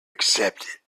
accepted